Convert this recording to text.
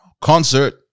Concert